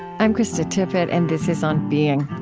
i'm krista tippett and this is on being.